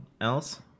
else